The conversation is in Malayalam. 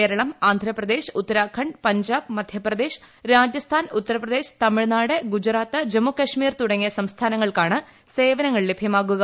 കേരളം ആന്ധ്രാപ്രദേശ് ഉത്തരാഖണ്ഡ് പഞ്ചാബ് മധ്യപ്രദേശ് രാജസ്ഥാൻ ഉത്തർപ്രദേശ് തമിഴ്നാട് ഗുജറാത്ത് ജമ്മുകശ്മീർ തുടങ്ങിയ സംസ്ഥാനങ്ങൾക്കാണ് സേവനങ്ങൾ ലഭ്യമാകുക